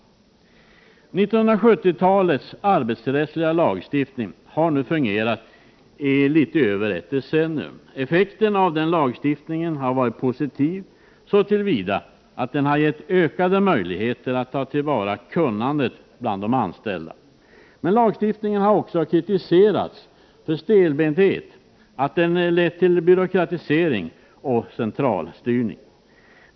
1970-talets arbetsrättsliga lagstiftning har nu fungerat i litet över ett decennium. Effekten av den lagstiftningen har varit positiv så till vida att den har gett ökade möjligheter att ta till vara kunnande bland de anställda. Men lagstiftningen har också kritiserats för stelbenthet, att den har lett till byråkratisering och centralstyrning.